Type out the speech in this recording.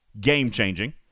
Game-changing